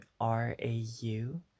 R-A-U